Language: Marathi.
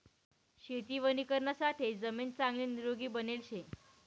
शेती वणीकरणासाठे जमीन चांगली निरोगी बनेल शे